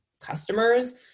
customers